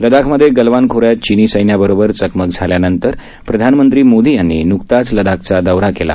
लद्दाखमधे गलवान खोऱ्यात चीनी सैन्याबरोबर चकमक झाल्यानंतर प्रधानमंत्री मोदी यांनी न्कताच लद्दाखचा दौरा केला